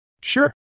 Sure